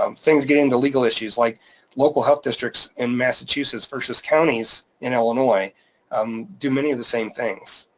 um things getting to legal issues, like local health districts in massachusetts versus counties in illinois um do many of the same things.